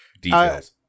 details